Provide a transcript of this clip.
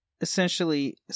essentially